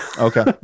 Okay